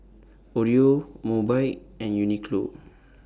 Oreo Mobike and Uniqlo